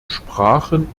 sprachen